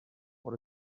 what